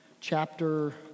chapter